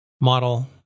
model